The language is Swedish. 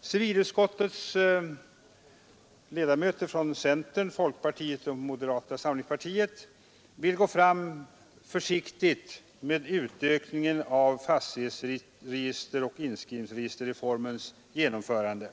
Civilutskottets ledamöter från centern, folkpartiet och moderata samlingspartiet vill gå försiktigt fram med utökning av fastighetsregister och inskrivningsregister vid reformens genomförande.